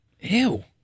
Ew